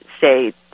say